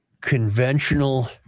conventional